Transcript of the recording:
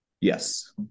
Yes